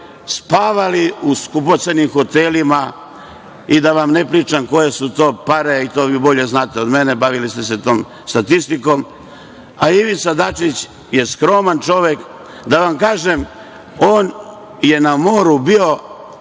spavali u skupocenim hotelima i da vam ne pričam koje su to pare, to vi mnogo bolje znate od mene, bavili ste se tom statistikom, a Ivica Dačić je skroman čovek. On je na moru bio